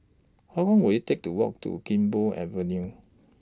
How Long Will IT Take to Walk to Gek Poh Avenue